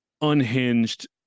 unhinged